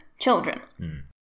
children